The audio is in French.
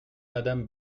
madame